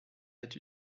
être